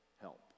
help